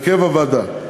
הרכב הוועדה,